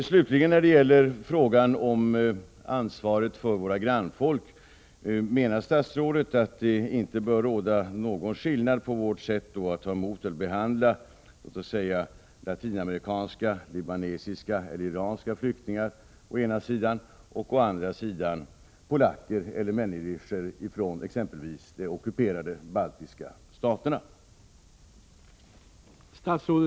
Slutligen när det gäller frågan om ansvaret för våra grannfolk. Menar statsrådet att det inte bör råda någon skillnad i vårt sätt att ta emot eller ta upp till behandling låt oss säga latinamerikanska, libanesiska eller iranska 119 flyktingar å ena sidan och polacker eller människor från exempelvis de ockuperade baltiska staterna å andra sidan?